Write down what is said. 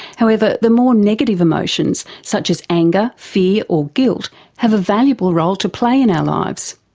however, the the more negative emotions such as anger, fear or guilt have a valuable role to play in our lives.